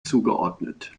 zugeordnet